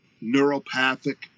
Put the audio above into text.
neuropathic